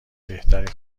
بهتری